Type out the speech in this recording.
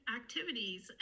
activities